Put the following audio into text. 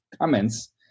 comments